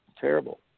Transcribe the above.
terrible